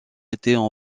étaient